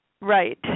Right